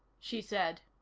she said.